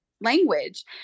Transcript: language